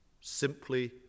simply